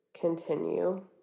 continue